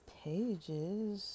pages